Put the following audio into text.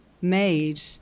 made